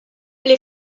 les